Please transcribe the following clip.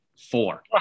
Four